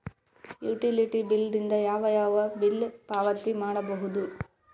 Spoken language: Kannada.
ಯುಟಿಲಿಟಿ ಬಿಲ್ ದಿಂದ ಯಾವ ಯಾವ ಬಿಲ್ ಪಾವತಿ ಮಾಡಬಹುದು?